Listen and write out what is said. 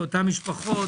לאותן משפחות